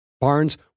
Barnes